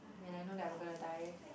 when I know that I'm gonna die